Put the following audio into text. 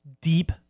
deep